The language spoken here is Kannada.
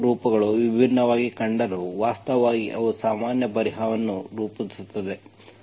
ಈ 2 ರೂಪಗಳು ವಿಭಿನ್ನವಾಗಿ ಕಂಡರೂ ವಾಸ್ತವವಾಗಿ ಅವು ಸಾಮಾನ್ಯ ಪರಿಹಾರವನ್ನು ರೂಪಿಸುತ್ತವೆ